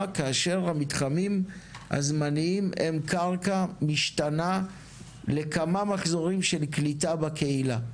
כאשר המתחמים הזמניים הם קרקע משתנה לכמה מחזורים של קליטה בקהילה.